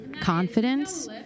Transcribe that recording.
confidence